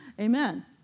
Amen